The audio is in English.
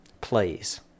please